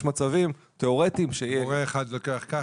יש מצבים תיאורטיים ש --- שמורה אחד לוקח ככה ומורה אחר אחרת.